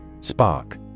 Spark